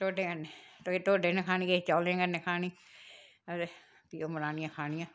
टोडें कन्नै टोडे ने खानी किश चौलें कन्नै खानियां ते फ्ही ओह् बनानियां खानियां